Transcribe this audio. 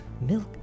milk